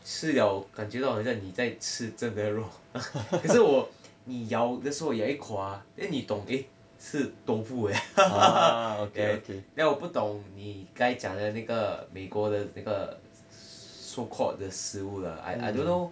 吃了感觉到很像你在吃真的肉可是我你咬的时候咬一口啊 then 你懂 eh 是 tofu eh then 我不懂你刚才讲的那个美国的那个 so called 的食物啦 I don't know